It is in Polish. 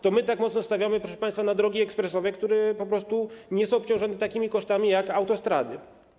To my tak mocno stawiamy, proszę państwa, na drogi ekspresowe, które po prostu nie są obciążone takimi kosztami jak autostrady.